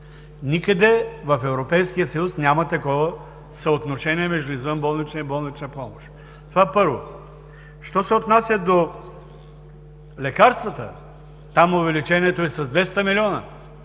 Никъде в Европейския съюз няма такова съотношение между извънболнична и болнична помощ. Що се отнася до лекарствата, там увеличението е с 200 милиона,